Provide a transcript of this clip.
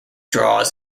draws